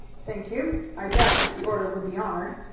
thank you i doubt if the order would be honored.